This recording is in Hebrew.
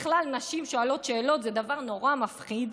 בכלל, נשים שואלות שאלות זה דבר נורא מפחיד,